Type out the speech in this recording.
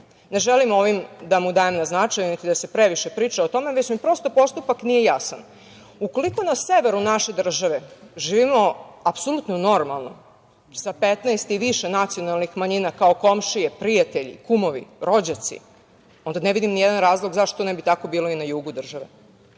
Ne želim ovim da mu dajem na značaju niti da se previše priča o tome, već mi postupak nije jasan. Ukoliko na severu naše države živimo apsolutno normalno sa 15 i više nacionalnih manjina, kao komšije, prijatelji, kumovi, rođaci, onda ne vidim ni jedan razlog zašto ne bi bilo tako i na jugu države.